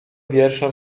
wiersza